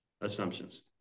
assumptions